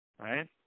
right